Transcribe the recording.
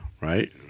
Right